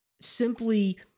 simply